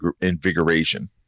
Invigoration